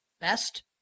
Best